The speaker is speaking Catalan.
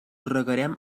regarem